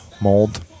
mold